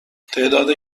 تعداد